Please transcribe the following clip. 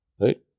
right